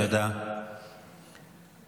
תודה, תודה, תודה.